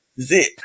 zit